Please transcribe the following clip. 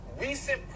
recent